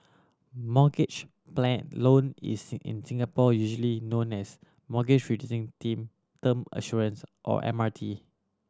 mortgage loan is in Singapore usually known as Mortgage Reducing Tim Term Assurance or M R T